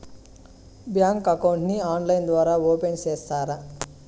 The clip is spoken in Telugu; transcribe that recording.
బ్యాంకు అకౌంట్ ని ఆన్లైన్ ద్వారా ఓపెన్ సేస్తారా?